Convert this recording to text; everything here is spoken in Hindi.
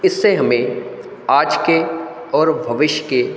इससे हमें आज के और भविष्य के